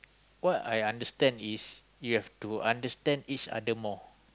what I understand is you have to understand each other more